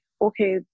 okay